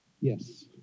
Yes